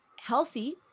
healthy